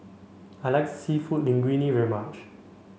I like Seafood Linguine very much